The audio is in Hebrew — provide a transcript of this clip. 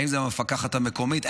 האם זאת המפקחת המקומית?